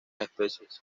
especies